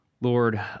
Lord